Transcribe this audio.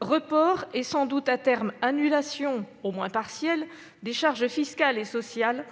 report et sans doute, à terme, annulation au moins partielle des charges fiscales et sociales